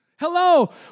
Hello